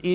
it.ex.